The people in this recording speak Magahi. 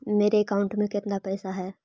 मेरे अकाउंट में केतना पैसा है?